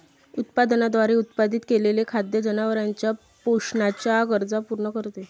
उत्पादनाद्वारे उत्पादित केलेले खाद्य जनावरांच्या पोषणाच्या गरजा पूर्ण करते